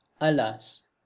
Alas